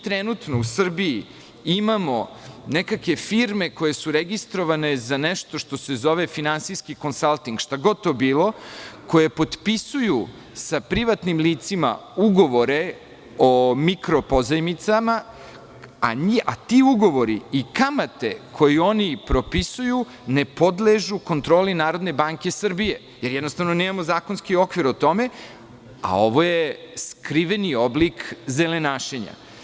Trenutno u Srbiji imamo nekakve firme koje su registrovane za nešto što se zove finansijski konslalting, šta god to bilo, koje potpisuju sa privatnim licima ugovore o mikro pozajmicama, a ti ugovori i kamate koje propisuju ne podležu kontroli Narodne banke Srbije, jer nemamo zakonski okvir o tome, a ovo je skriveni oblik zelenašenja.